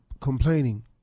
complaining